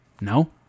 No